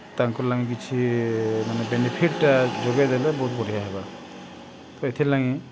ତାଙ୍କର୍ ଲାଗି କିଛି ମାନେ ବେନିଫିଟ୍ଟା ଯୋଗେଇ ଦେଲେ ବହୁତ୍ ବଢ଼ିଆ ହେବା ଇଥିର୍ଲାଗି